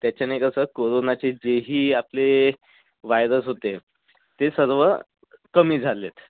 त्याच्याने कसं कोरोनाचे जे ही आपले वायरस होते ते सर्व कमी झाले